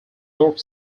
york